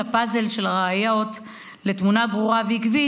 הפאזל של ראיות לתמונה ברורה ועקבית,